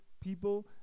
people